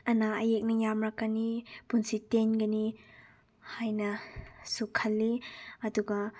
ꯑꯅꯥ ꯑꯌꯦꯛꯅ ꯌꯥꯝꯂꯛꯀꯅꯤ ꯄꯨꯟꯁꯤ ꯇꯦꯟꯒꯅꯤ ꯍꯥꯏꯅꯁꯨ ꯈꯜꯂꯤ ꯑꯗꯨꯒ